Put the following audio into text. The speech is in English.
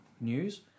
news